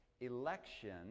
election